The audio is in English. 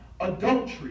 adultery